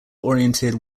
oriented